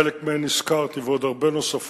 חלק מהן הזכרתי, ויש עוד הרבה נוספות,